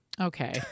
Okay